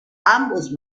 ambos